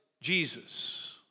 Jesus